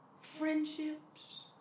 friendships